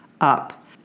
up